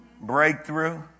breakthrough